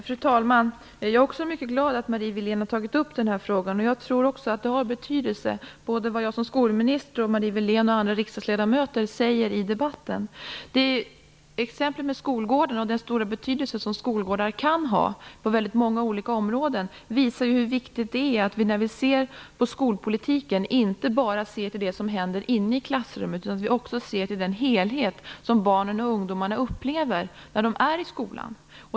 Fru talman! Jag är mycket glad att Marie Wilén har tagit upp den här frågan, och jag tror också att det har betydelse vad både jag som skolminister och Marie Wilén och andra riksdagsledamöter säger i debatten. Exemplet med skolgårdarna och den stora betydelse som skolgårdar kan ha på många olika områden visar hur viktigt det är att vi, när vi ser på skolpolitiken, inte bara ser till det som händer inne i klassrummet utan att vi också ser till den helhet som barnen och ungdomarna upplever när de är i skolan.